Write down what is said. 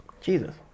Jesus